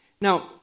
Now